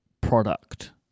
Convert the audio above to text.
product